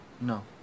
No